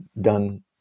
done